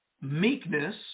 meekness